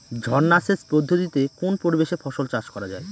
ঝর্না সেচ পদ্ধতিতে কোন পরিবেশে ফসল চাষ করা যায়?